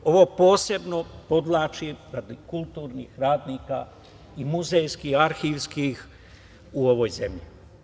Ovo posebno podvlačim radi kulturnih radnika i muzejskih, arhivskih u ovoj zemlji.